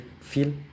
feel